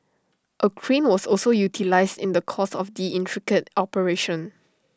A crane was also utilised in the course of the intricate operation